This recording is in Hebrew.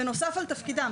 בנוסף על תפקידם.